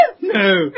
No